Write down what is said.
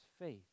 faith